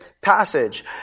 passage